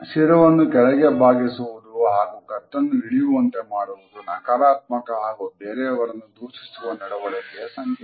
ಶಿರವನ್ನು ಕೆಳಗೆ ಭಾಗಿಸುವುದು ಹಾಗೂ ಕತ್ತನ್ನು ಇಳಿಯುವಂತೆ ಮಾಡುವುದು ನಕಾರಾತ್ಮಕ ಹಾಗೂ ಬೇರೆಯವರನ್ನು ದೂಷಿಸುವ ನಡವಳಿಕೆಯ ಸಂಕೇತ